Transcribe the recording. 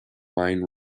mine